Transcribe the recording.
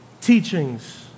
teachings